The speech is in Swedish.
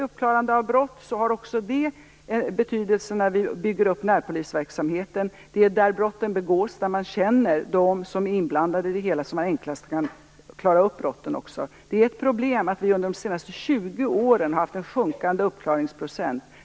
Uppklarande av brott har också betydelse när vi bygger upp närpolisverksamheten. Det är enklast att klara upp brotten där man känner dem som är inblandade. Det är ett problem att vi under de senaste 20 åren har haft en sjunkande uppklaringsprocent.